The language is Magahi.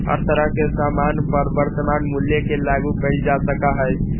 हर तरह के सामान पर वर्तमान मूल्य के लागू कइल जा सका हई